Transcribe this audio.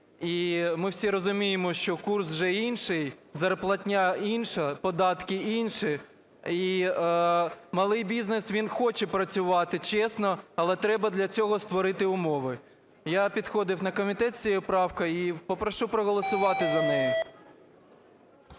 ми всі розуміємо, що курс вже інший, зарплатня інша, податки інші і малий бізнес, він хоче працювати чесно, але треба для цього створити умови. Я підходив на комітет з цією правкою і попрошу проголосувати за неї.